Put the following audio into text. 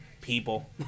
People